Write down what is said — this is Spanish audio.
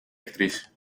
actriz